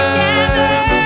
Together